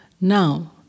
Now